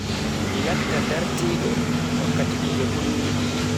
Mi latta dartiido wakkati kuje hulni am.